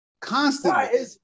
Constantly